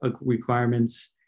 requirements